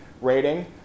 rating